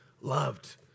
loved